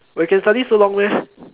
you can study so long meh